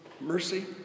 Mercy